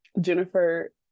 Jennifer